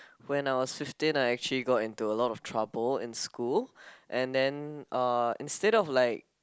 when I was fifteen I actually got into a lot of trouble in school and then uh instead of like